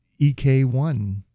EK1